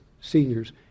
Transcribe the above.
seniors